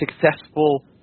successful